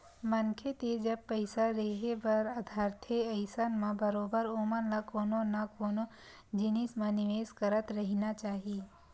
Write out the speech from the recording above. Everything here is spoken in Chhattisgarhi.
मनखे तीर जब पइसा रेहे बर धरथे अइसन म बरोबर ओमन ल कोनो न कोनो जिनिस म निवेस करत रहिना चाही